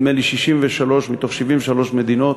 נדמה לי 63 מתוך 73 מדינות